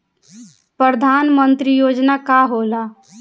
परधान मंतरी योजना का होला?